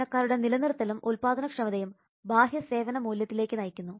ജീവനക്കാരുടെ നിലനിർത്തലും ഉൽപ്പാദനക്ഷമതയും ബാഹ്യ സേവന മൂല്യത്തിലേക്ക് നയിക്കുന്നു